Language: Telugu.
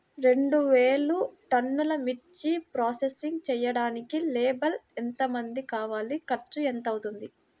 రెండు వేలు టన్నుల మిర్చి ప్రోసెసింగ్ చేయడానికి లేబర్ ఎంతమంది కావాలి, ఖర్చు ఎంత అవుతుంది?